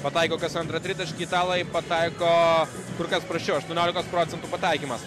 pataiko kas antrą tritaškį italai pataiko kur kas prasčiau aštuoniolikos procentų pataikymas